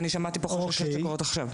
שמעתי פה חששות שקורים עכשיו.